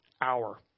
hour